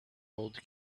old